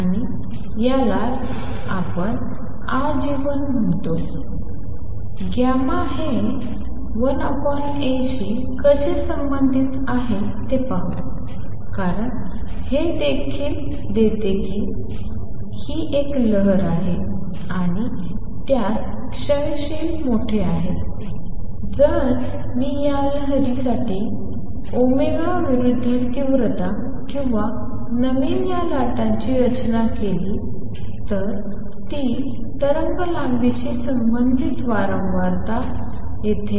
आणि यालाच आपण आजीवन म्हणतो हे 1A शी कसे संबंधित आहेत ते पाहू आणि हे देखील देते कारण ही एक लहर आहे आणि त्यात क्षयशील मोठे आहे जर मी या लहरी साठी ओमेगा विरुद्ध तीव्रता किंवा नवीन या लाटाची रचना केली तर ती तरंगलांबीशी संबंधित विशिष्ट वारंवारता येथे